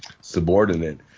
subordinate